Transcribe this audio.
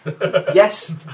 Yes